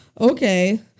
Okay